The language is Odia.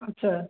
ଆଚ୍ଛା